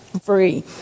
free